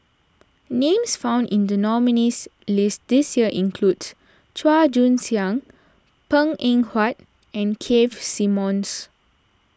names found in the nominees' list this year include Chua Joon Siang Png Eng Huat and Keith Simmons